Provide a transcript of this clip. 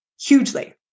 hugely